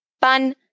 fun